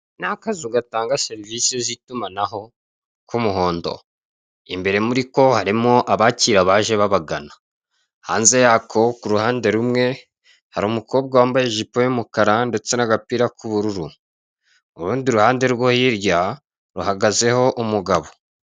Ni akazu gatanga serivise z'itumanaho k'umuhondo, imbere muri ko harimo abakira abajje babagana hanze yako ku ruhande rumwe hari umukobwa wambaye ijipo y'umukara ndetse n'agapira k'ubururu, urundi ruhande rwo hirya ruhagazeho umugabo.